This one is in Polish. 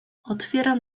otwieram